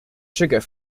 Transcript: sugar